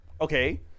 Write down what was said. okay